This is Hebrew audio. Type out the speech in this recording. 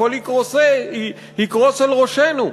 הכול יקרוס על ראשנו.